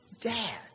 Dad